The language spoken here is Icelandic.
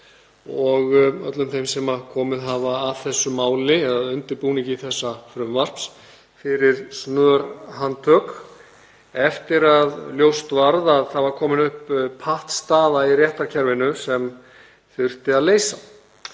og öllum þeim sem komið hafa að þessu máli, að undirbúningi þessa frumvarps, fyrir snör handtök eftir að ljóst varð að það var komin upp pattstaða í réttarkerfinu sem þurfti að leysa.